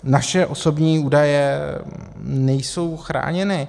Naše osobní údaje nejsou chráněny.